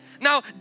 Now